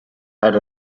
had